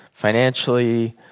financially